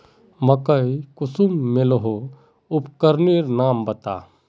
मकई कुंसम मलोहो उपकरनेर नाम बता?